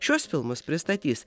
šiuos filmus pristatys